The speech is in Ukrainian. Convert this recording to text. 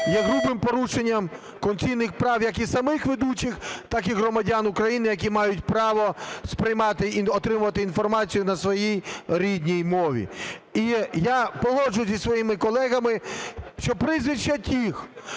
є грубим порушенням конституційних прав як і самих ведучих, так і громадян України, які мають право сприймати, отримувати інформацію на своїй рідній мові. І я погоджуюся зі своїми колегами, що прізвища тих,